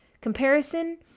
comparison